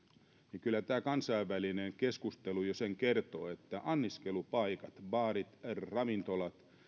niin kyllä tämä kansainvälinen keskustelu jo sen kertoo että anniskelupaikat baarit ravintolat